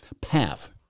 path